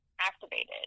activated